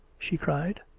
she cried.